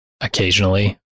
occasionally